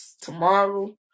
tomorrow